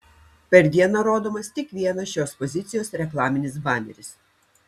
per dieną rodomas tik vienas šios pozicijos reklaminis baneris